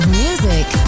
music